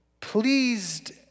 Pleased